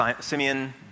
Simeon